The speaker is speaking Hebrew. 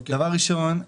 דבר ראשון,